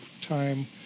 time